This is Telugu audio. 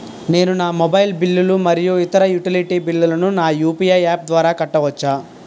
నేను నా మొబైల్ బిల్లులు మరియు ఇతర యుటిలిటీ బిల్లులను నా యు.పి.ఐ యాప్ ద్వారా కట్టవచ్చు